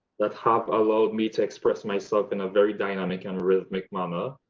but have allowed me to express myself in a very dynamic and rythmic manner.